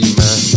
man